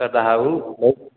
कर रहा हूँ